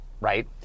right